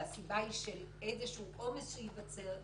שהסיבה היא איזשהו עומס שייווצר,